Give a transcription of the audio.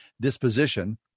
disposition